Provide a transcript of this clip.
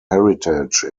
heritage